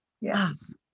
yes